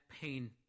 pain